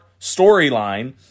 storyline